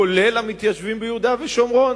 כולל המתיישבים ביהודה ושומרון.